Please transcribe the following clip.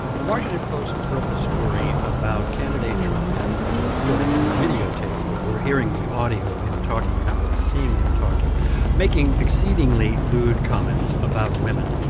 the washington post broke a story about candidate trump having been recorded on a videotape, but we're hearing the audio of him talking we're not really seeing him talking making exceedingly lewd comments about women.